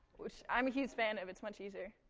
which i'm a huge fan of it's much easier.